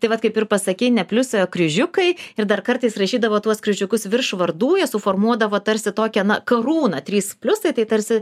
tai vat kaip ir pasakei ne pliusai o kryžiukai ir dar kartais rašydavo tuos kryžiukus virš vardų jie suformuodavo tarsi tokią na karūną trys pliusai tai tarsi